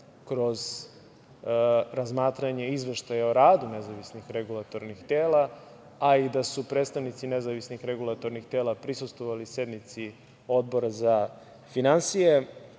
kroz razmatranje izveštaja o radu nezavisnih regulatornih tela, a i da su predstavnici nezavisnih regulatornih tela prisustvovali sednici Odbora za finansije,